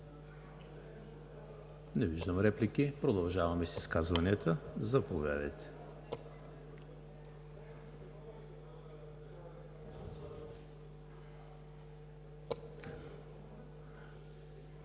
Не виждам. Продължаваме с изказванията. Заповядайте.